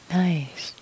nice